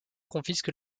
confisque